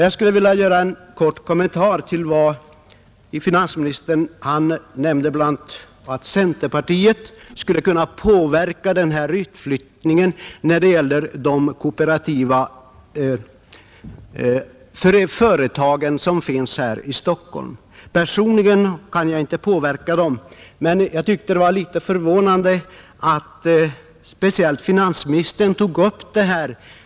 Jag skulle vilja göra en kort kommentar med anledning av att finansministern sade att centerpartiet skulle kunna påverka utflyttningen när det gäller de kooperativa företag som finns här i Stockholm. Personligen kan jag inte påverka dem, men jag tyckte det var litet förvånande att finansministern tog upp det här.